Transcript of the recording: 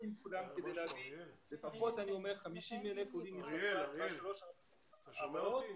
עם כולם כדי להביא לפחות 50,000 עולים מצרפת בשלוש-ארבע השנים הבאות.